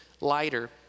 lighter